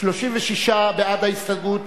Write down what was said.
36 בעד ההסתייגות,